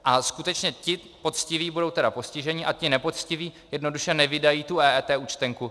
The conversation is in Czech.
A skutečně ti poctiví budou teda postiženi a ti nepoctiví jednoduše nevydají tu EET účtenku.